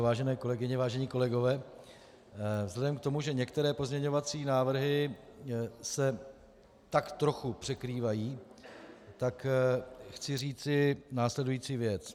Vážené kolegyně, vážení kolegové, vzhledem k tomu, že některé pozměňovací návrhy se tak trochu překrývají, chci říci následující věc.